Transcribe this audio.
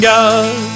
God